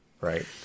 right